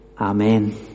Amen